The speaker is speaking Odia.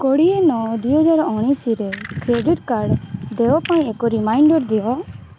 କୋଡ଼ିଏ ନଅ ଦୁଇହଜାର ଉଣେଇଶରେ କ୍ରେଡ଼ିଟ୍ କାର୍ଡ଼ ଦେୟ ପାଇଁ ଏକ ରିମାଇଣ୍ଡର୍ ଦିଅ